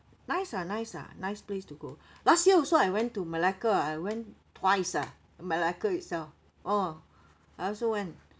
nice ah nice ah nice place to go last year also I went to malacca I went twice ah malacca itself oh I also went